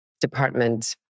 department